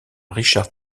richard